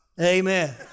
amen